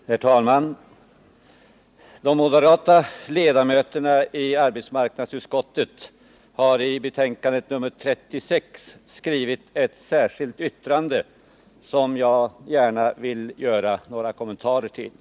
Herr talman! De moderata ledamöterna i arbetsmarknadsutskottet har i betänkandet nr 36 skrivit ett särskilt yttrande som jag gärna vill göra några kommentarer till.